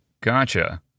Gotcha